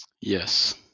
Yes